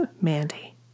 Mandy